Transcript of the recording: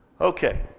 Okay